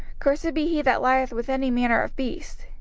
cursed be he that lieth with any manner of beast.